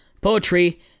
poetry